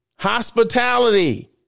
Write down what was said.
Hospitality